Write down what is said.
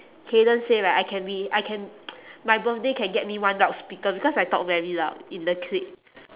kayden say right I can be I can my birthday can get me one loudspeaker because I talk very loud in the clique